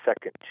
second